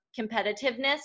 competitiveness